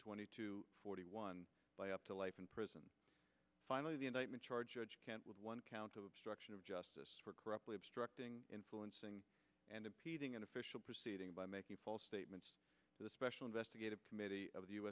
twenty to forty one by up to life in prison finally the indictment charges with one count of obstruction of justice for corruptly obstructing influencing and impeding an official proceeding by making false statements to the special investigative committee of the u